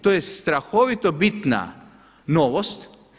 To je strahovito bitna novost.